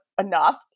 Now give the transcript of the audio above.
enough